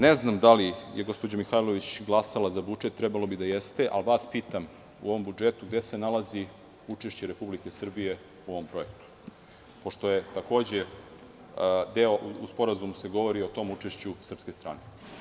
Ne znam da li je gospođa Mihajlović glasala za budžet, trebalo bi da jeste, a vas pitam u ovom budžetu gde se nalazi učešće Republike Srbije u ovom projektu, pošto se u delu sporazuma takođe govori o tom učešću srpske strane.